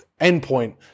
endpoint